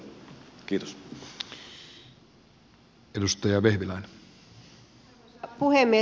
arvoisa puhemies